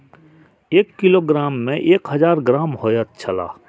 एक किलोग्राम में एक हजार ग्राम होयत छला